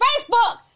Facebook